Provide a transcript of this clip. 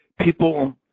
people